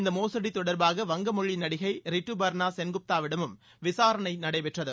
இந்த மோசடி தொடர்பாக வங்கமொழி நடிகை ரிட்டுபர்னா சென்குப்தாவிடமும் விசாரனை நடைபெற்றது